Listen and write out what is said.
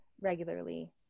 regularly